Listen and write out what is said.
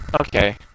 Okay